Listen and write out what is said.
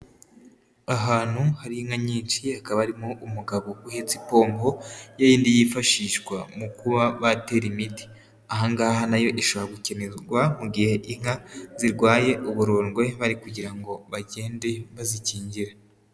Ahantu hari inka nyinshi hakaba harimo umugabo uhetse ipompo yayindi yifashishwa mu kuba batera imiti. Aha ngaha na yo ishobora gukenerwa mu gihe inka zirwaye uburondwe bari kugira ngo bagende bazikingira.